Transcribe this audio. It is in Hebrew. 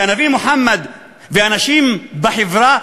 והנביא מוחמד והנשים בחברה,